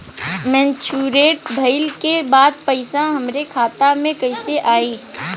Maturity भईला के बाद पईसा हमरे खाता में कइसे आई?